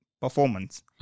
performance